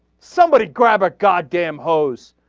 somebody grab at god damn hose